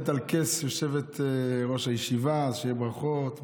נמצאת על כס יושבת-ראש הישיבה, אז ברכות.